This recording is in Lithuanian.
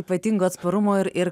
ypatingo atsparumo ir ir